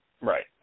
Right